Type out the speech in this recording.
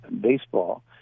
baseball